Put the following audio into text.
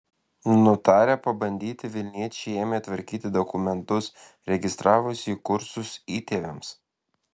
nutarę pabandyti vilniečiai ėmė tvarkyti dokumentus registravosi į kursus įtėviams